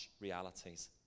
realities